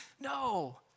no